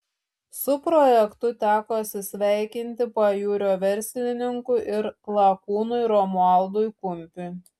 su projektu teko atsisveikinti pajūrio verslininkui ir lakūnui romualdui kumpiui